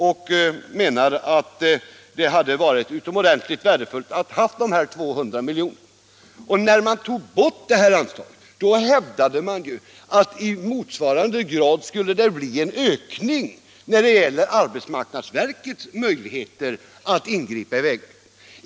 Vi menar att det hade varit utomordentligt värdefullt att ha dessa 200 miljoner. När man tog bort detta anslag, hävdade man ju att det skulle bli en ökning i motsvarande grad när det gäller arbetsmarknadsverkets möjligheter att ingripa i vägbyggandet.